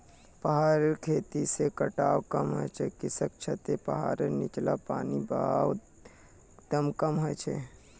पहाड़ी खेती से कटाव कम ह छ किसेकी छतें पहाड़ीर नीचला पानीर बहवार दरक कम कर छे